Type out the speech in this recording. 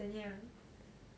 怎样